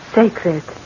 sacred